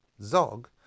Zog